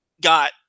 got